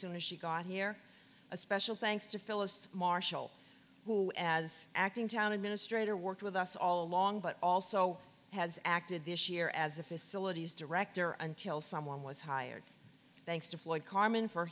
soon as she got here a special thanks to phyllis marshall who as acting town administrator worked with us all along but also has acted this year as the facilities director until someone was hired thanks to floyd carmen for